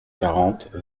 quarante